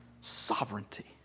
Sovereignty